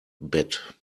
bett